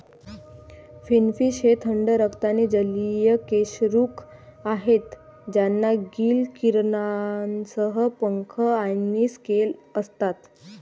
finfish हे थंड रक्ताचे जलीय कशेरुक आहेत ज्यांना गिल किरणांसह पंख आणि स्केल असतात